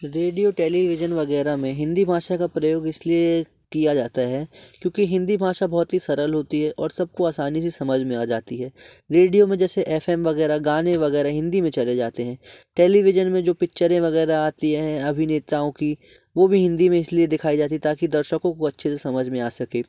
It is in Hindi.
रेडियो टेलीविजन वगैरा में हिंदी भाषा का प्रयोग इसलिए किया जाता है क्योंकि हिंदी भाषा बहुत ही सरल होती है और सब को आसानी से समझ में आ जाती है रेडियो में जैसे एफ़ एम वग़ैरह गाने वग़ैरह हिंदी में चलाए जाते हैं टेलीविजन में जो पिक्चरें वग़ैरह आती है अभिनेताओं की वह भी हिंदी में इसलिए दिखाई जाती ताकि दर्शकों को अच्छे से समझ में आ सके